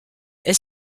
est